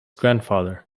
grandfather